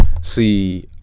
See